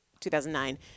2009